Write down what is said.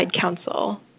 counsel